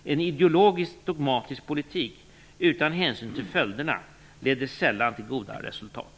En ideologiskt dogmatisk politik utan hänsyn till följderna leder sällan till goda resultat.